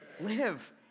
live